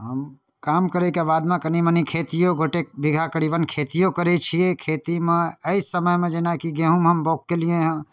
हम काम करैके बादमे कनि मनि खेतिओ गोटेक बिगहा करीबन खेतिओ करै छिए खेतीमे एहि समयमे जेनाकि गहूम हम बाउग केलिए हँ